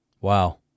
Wow